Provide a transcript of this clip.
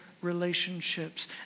relationships